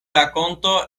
rakonto